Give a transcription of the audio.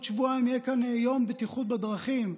שבועיים יהיה כאן יום בטיחות בדרכים,